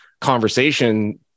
conversation